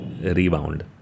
rebound